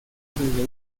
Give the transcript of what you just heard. desde